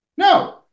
No